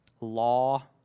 law